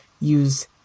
use